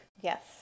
yes